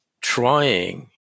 trying